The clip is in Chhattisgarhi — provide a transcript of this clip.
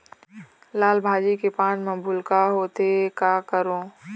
लाल भाजी के पान म भूलका होवथे, का करों?